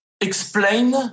explain